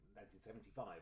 1975